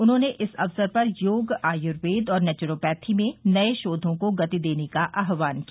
उन्होंने इस अवसर पर योग आयूर्वेद और नेच्रोपैथी में नये शोधों को गति देने का आहवान किया